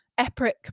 Epic